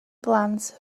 blant